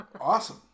awesome